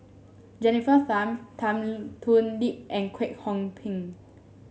Jennifer Tham Tan Thoon Lip and Kwek Hong Png